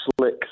slick